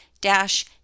dash